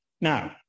Now